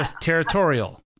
territorial